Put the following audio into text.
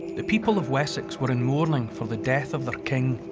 the people of wessex were in mourning for the death of their king.